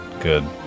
Good